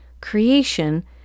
creation